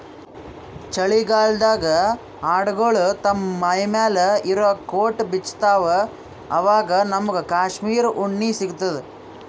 ಚಳಿಗಾಲ್ಡಾಗ್ ಆಡ್ಗೊಳು ತಮ್ಮ್ ಮೈಮ್ಯಾಲ್ ಇರಾ ಕೋಟ್ ಬಿಚ್ಚತ್ತ್ವಆವಾಗ್ ನಮ್ಮಗ್ ಕಾಶ್ಮೀರ್ ಉಣ್ಣಿ ಸಿಗ್ತದ